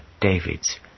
David's